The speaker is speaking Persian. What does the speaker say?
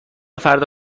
فردا